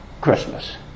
Christmas